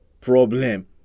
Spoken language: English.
problem